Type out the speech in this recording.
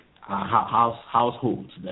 households